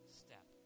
step